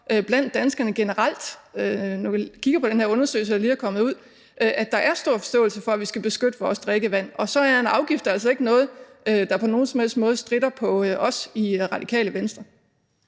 her undersøgelse, der lige er kommet ud, at vi skal beskytte vores drikkevand. Og så er en afgift altså ikke noget, der på nogen som helst måde får det til at stritte på os i Radikale Venstre.